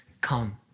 come